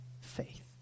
faith